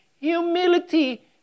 humility